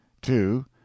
two